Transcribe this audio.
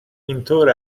اینطور